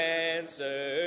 answer